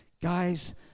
Guys